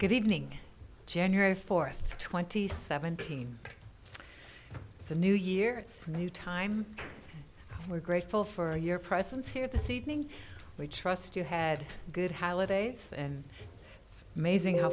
good evening january fourth twenty seventeen it's a new year it's a new time and we're grateful for your presence here this evening we trust you had good halliday's and mazing